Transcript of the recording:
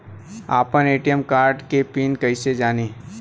आपन ATM card के PIN कईसे जानी?